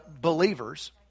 believers